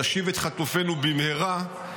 נשיב את חטופינו במהרה,